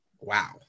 Wow